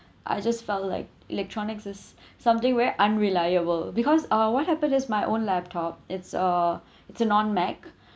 I just felt like electronics is something very unreliable because uh what happened is my own laptop it's uh it's a non mac